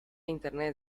internet